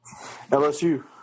LSU